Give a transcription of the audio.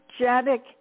energetic